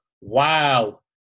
wow